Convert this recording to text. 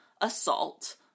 assault